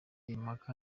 impaka